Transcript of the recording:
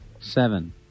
Seven